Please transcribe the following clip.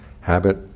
habit